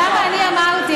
למה אני אמרתי,